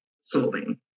solving